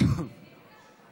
2 נתקבלו.